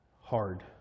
hard